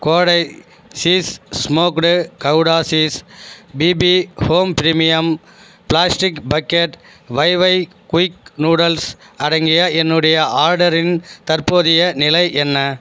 கோடை cheese smoked gouda cheese BB home premium plastic bucket Wai Wai quick noodles அடங்கிய என்னுடைய ஆர்டரின் தற்போதைய நிலை என்ன